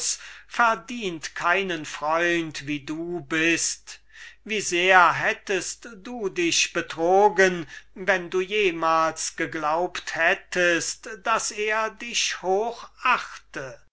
verdient keinen freund wie du bist wie sehr hättest du dich betrogen wenn du jemals geglaubt hättest daß er dich